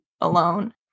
alone